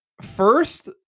first